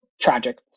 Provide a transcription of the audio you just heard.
Tragic